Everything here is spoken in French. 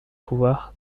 pouvoir